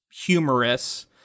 humorous